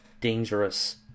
dangerous